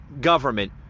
government